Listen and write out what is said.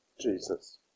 Jesus